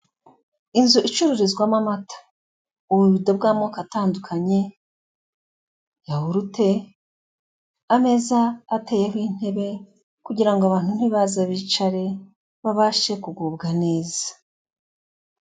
Inzu icururizwamo amata, ububido bw'amoko atandukanye, yawurute, ameza ateyeho intebe kugira ngo abantu nibaza bicare, babashe kugubwa neza.